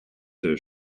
huit